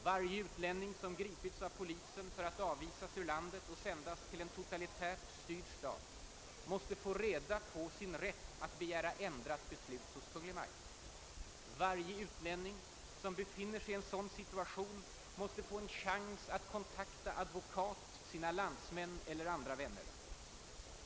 Varje utlänning som gripits av polisen för att avvisas ur landet och sändas till en totalitärt styrd stat måste få reda på sin rätt att begära ändrat beslut hos Kungl. Maj:t. Varje utlänning som befinner sig i en sådan situation måste få en chans att kontakta advokat, sina landsmän eller andra vänner.